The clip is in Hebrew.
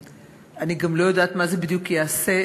ואני גם לא יודעת מה זה בדיוק יעשה.